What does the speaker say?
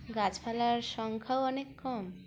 গাছপালার সংখ্যাও অনেক কম